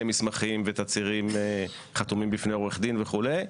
מסמכים ותצהירים חתומים בפני עורך דין וכולי,